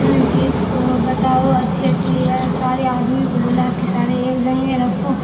چیز کو بتاؤ اچھی اچھی سارے آدمی کو بلا کے سارے ایک جگہ رکھو